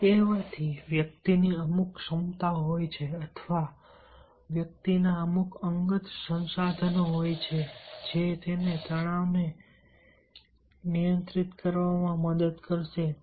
આ કહેવાથી વ્યક્તિની અમુક ક્ષમતાઓ હોય છે અથવા વ્યક્તિના અમુક અંગત સંસાધનો હોય છે જે તેને તણાવને નિયંત્રિત કરવામાં મદદ કરશે